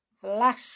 flash